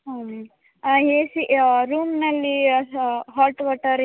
ಹ್ಞೂ A C ರೂಮ್ನಲ್ಲಿ hot water ಎಲ್ಲ ಬರುತ್ತೆ ಅಲ್ಲವಾ